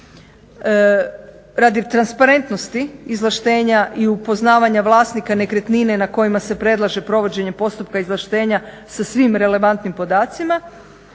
Radi transparentnosti izvlaštenja i upoznavanja vlasnika nekretnine na kojima se predlaže provođenje postupka izvlaštenja sa svim relevantnim podacima